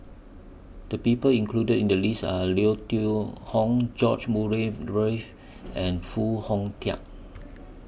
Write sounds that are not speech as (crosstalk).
The People included in The list Are Leo (unintelligible) Tong George Murray Reith and Foo Hong Tatt